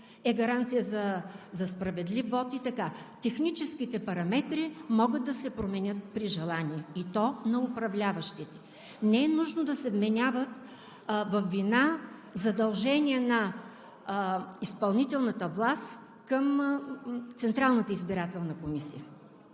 е гаранция за справедлив вот. Техническите параметри могат да се променят при желание, и то на управляващите. Не е нужно да се вменяват във вина задължения на изпълнителната власт към Централната избирателна комисия.